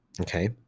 okay